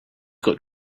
got